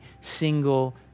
single